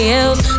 else